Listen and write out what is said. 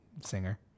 singer